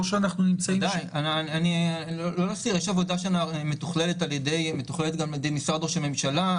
יש עבודה שמתוכללת על ידי משרד ראש הממשלה,